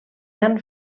han